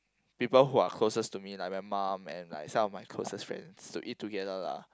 people who are closest to me like my mom and like some of my closest friends to eat together lah